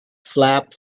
flap